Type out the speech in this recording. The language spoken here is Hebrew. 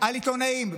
על עיתונאים,